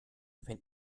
wenn